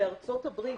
בארצות-הברית,